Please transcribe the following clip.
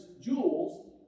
jewels